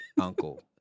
uncle